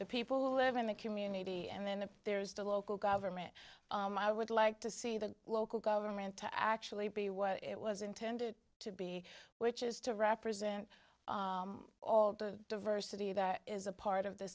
the people who live in the community and then there's the local government i would like to see the local government to actually be what it was intended to be which is to represent all the diversity that is a part of the